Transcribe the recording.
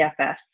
TFS